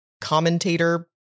commentator